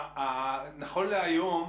נכון להיום,